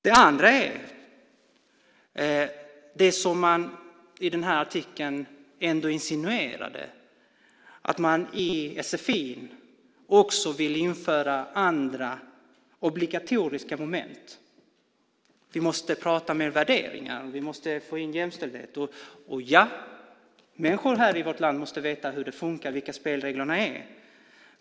Det som insinuerades i artikeln är att man i sfi vill införa andra obligatoriska moment om värderingar och jämställdhet. Ja, människor i vårt land måste veta hur det funkar och vilka spelreglerna är.